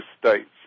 states